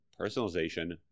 personalization